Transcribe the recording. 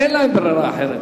אין להם ברירה אחרת,